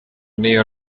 n’iyo